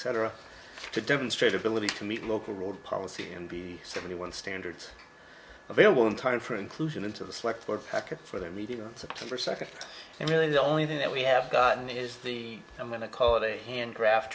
or to demonstrate ability to meet local road policy and be seventy one standards available in time for inclusion into the select or packet for the media september second and really the only thing that we have gotten is the i'm going to call it a hand gra